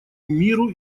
миру